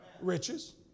Riches